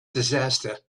disaster